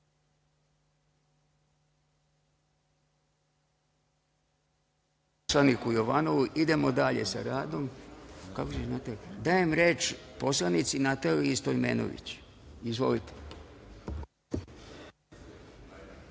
poslaniku Jovanovu. Idemo dalje sa radom. Dajem reč poslanici Nataliji Stojmenović. Izvolite.